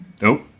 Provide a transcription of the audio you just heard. Nope